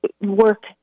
work